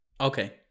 Okay